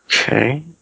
Okay